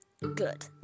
good